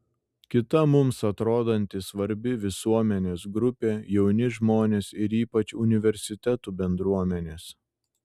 kita mums atrodanti svarbi visuomenės grupė jauni žmonės ir ypač universitetų bendruomenės